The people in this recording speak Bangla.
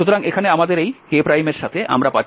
সুতরাং এখানে আমাদের এই k এর সাথে আমরা পাচ্ছি F2∂x F1∂y